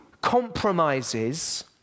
compromises